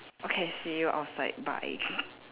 okay see you outside bye